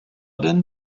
den